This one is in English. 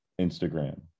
Instagram